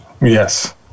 Yes